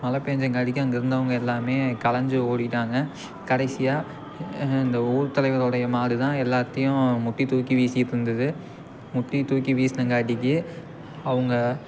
மழை பெஞ்சங்காட்டிக்கும் அங்கே இருந்தவங்க எல்லோருமே கலஞ்சி ஓடிட்டாங்க கடைசியாக இந்த ஊர் தலைவரோடைய மாடுதான் எல்லாத்தையும் முட்டி தூக்கி வீசிட்டுருந்துது முட்டி தூக்கி வீசுனங்காட்டிக்கி அவங்க